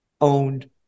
owned